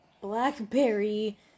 blackberry